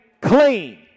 clean